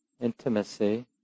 intimacy